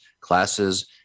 classes